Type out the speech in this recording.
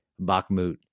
Bakhmut